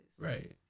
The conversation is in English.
Right